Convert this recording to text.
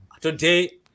Today